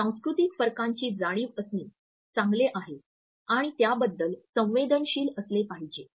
सांस्कृतिक फरकांची जाणीव असणे चांगले आहे आणि त्याबद्दल संवेदनशील असले पाहिजे